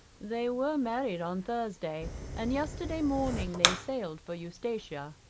they were married on thursday, and yesterday morning they sailed for eustatia.